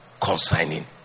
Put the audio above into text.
consigning